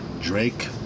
Drake